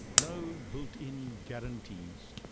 no built-in guarantees,